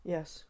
Yes